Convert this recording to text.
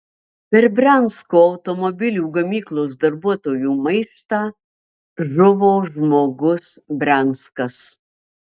per briansko automobilių gamyklos darbuotojų maištą žuvo žmogus brianskas